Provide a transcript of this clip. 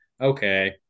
Okay